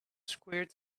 squirt